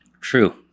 True